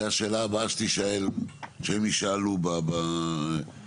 זה השאלה הבאה שהם יישאלו על ידנו.